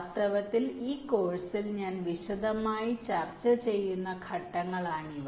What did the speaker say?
വാസ്തവത്തിൽ ഈ കോഴ്സിൽ ഞാൻ വിശദമായി ചർച്ച ചെയ്യുന്ന ഘട്ടങ്ങളാണ് ഇവ